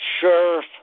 sheriff